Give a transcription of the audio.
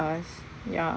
us ya